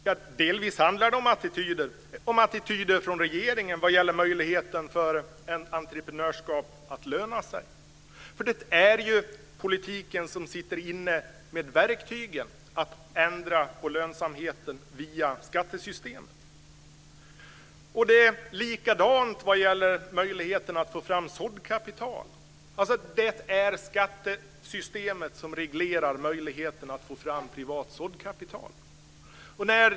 Ja, delvis handlar det om attityder - om attityder från regeringen vad gäller möjligheten för ett entreprenörskap att löna sig. För det är ju politiken som sitter inne med verktygen att ändra på lönsamheten via skattesystemet. Det är likadant vad gäller möjligheten att få fram såddkapital. Det är skattesystemet som reglerar möjligheten att få fram privat såddkapital.